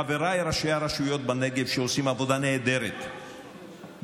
חבריי ראשי הרשויות בנגב עושים עבודה נהדרת בדימונה,